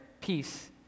peace